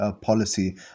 policy